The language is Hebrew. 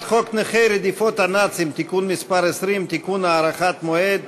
בעד ההצעה, 43, אין מתנגדים או נמנעים.